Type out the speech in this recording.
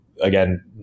again